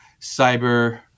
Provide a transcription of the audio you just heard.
cyber